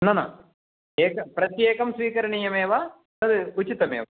न न एकं प्रत्येकं स्वीकरणीयमेव तद् उचितमेव